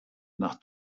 nach